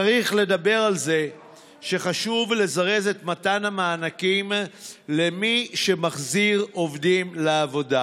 צריך לדבר על זה שחשוב לזרז את מתן המענקים למי שמחזיר עובדים לעבודה